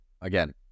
again